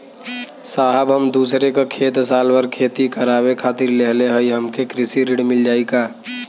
साहब हम दूसरे क खेत साल भर खेती करावे खातिर लेहले हई हमके कृषि ऋण मिल जाई का?